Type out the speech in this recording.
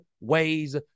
ways